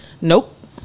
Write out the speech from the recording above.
Nope